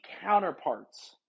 counterparts